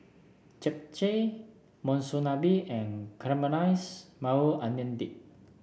Japchae Monsunabe and Caramelize Maui Onion Dip